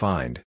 Find